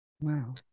Wow